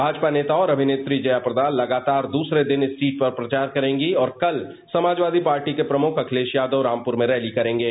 भाजपा नेता और अभिनेत्री जयाप्रदा लगातार दूसरे दिन इस सीट पर प्रचार करेगी और कल समाजवादी पार्टी के प्रमुख अखिलेश यादव रामपुर में रैली करेंगे